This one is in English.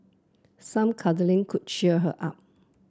some cuddling could cheer her up